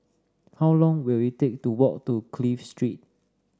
how long will it take to walk to Clive Street